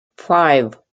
five